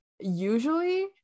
usually